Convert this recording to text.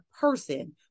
person